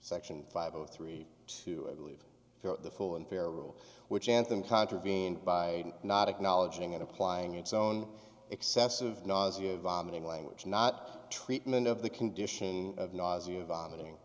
section five zero three to leave out the full and fair rule which anthem contravened by not acknowledging and applying its own excessive nausea vomiting language not treatment of the condition of nausea vomiting